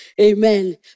Amen